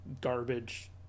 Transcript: garbage